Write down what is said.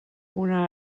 una